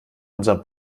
unser